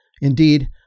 Indeed